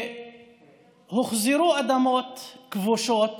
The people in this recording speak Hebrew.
והוחזרו אדמות כבושות